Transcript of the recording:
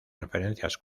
referencias